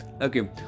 Okay